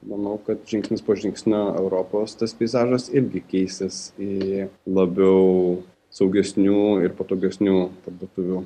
manau kad žingsnis po žingsnio europos tas peizažas irgi keisis į labiau saugesnių ir patogesnių parduotuvių